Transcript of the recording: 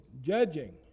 judging